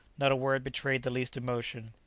not a word betrayed the least emotion.